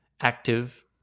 active